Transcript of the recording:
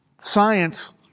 Science